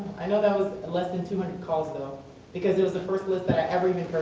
i know that was less than two hundred calls though because it was the first list that i ever even